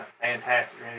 Fantastic